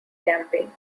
campaign